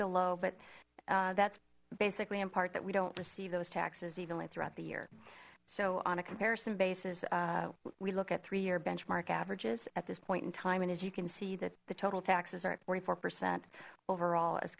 below but that's basically in part that we don't receive those taxes evenly throughout the year so on a comparison basis we look at three year benchmark averages at this point in time and as you can see that the total taxes are at twenty four percent overall as